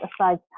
aside